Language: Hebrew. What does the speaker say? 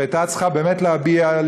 שהייתה צריכה באמת להביע,